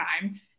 time